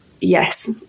yes